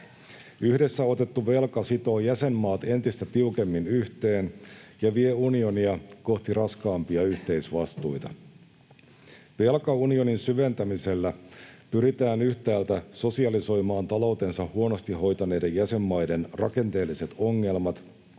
Yhdessä otettu velka sitoo jäsenmaat entistä tiukemmin yhteen ja vie unionia kohti raskaampia yhteisvastuita. Velkaunionin syventämisellä pyritään yhtäältä sosialisoimaan taloutensa huonosti hoitaneiden jäsenmaiden rakenteelliset ongelmat